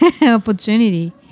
opportunity